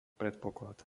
predpoklad